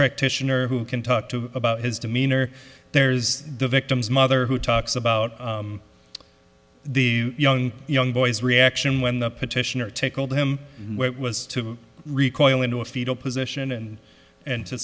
practitioner who can talk to about his demeanor there's the victim's mother who talks about the young young boy's reaction when the petitioner tickled him was to recoil into a fetal position and and to